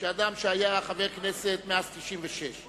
שזה חלק מאותו חוק במכלול,